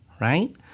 right